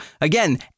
again